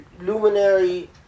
luminary